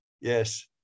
Yes